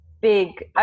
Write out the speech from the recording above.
big